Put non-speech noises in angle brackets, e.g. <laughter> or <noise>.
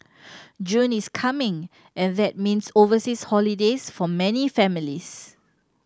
<unintelligible> is coming and that means overseas holidays for many families